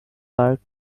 park